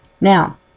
Now